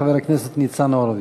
חבר הכנסת ניצן הורוביץ.